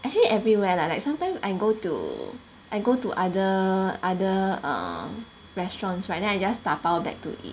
actually everywhere lah like sometimes I go to I go to other other um restaurants right then I just 打包 back to eat